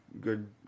good